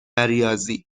ریاضی